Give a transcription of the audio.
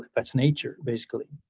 that's nature basically,